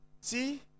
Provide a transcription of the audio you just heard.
See